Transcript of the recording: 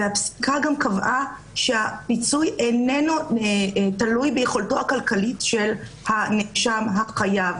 והפסיקה גם קבעה שהפיצוי איננו תלוי ביכולתו הכלכלית של הנאשם החייב,